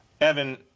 Evan